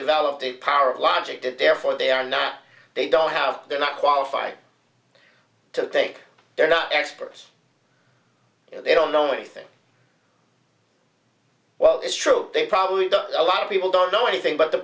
developed a power of logic that therefore they are not they don't have they're not qualified to think they're not experts they don't know anything well it's true they probably does a lot of people don't know anything but the